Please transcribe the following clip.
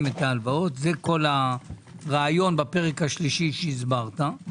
את ההלוואות זה כל הרעיון בפרק השלישי שהברת,